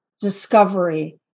discovery